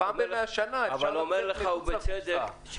ובצדק,